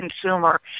consumer